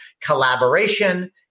collaboration